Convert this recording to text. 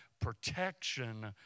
protection